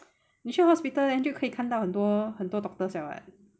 你去 hospital then 就可以看到很多很多 doctors liao [what]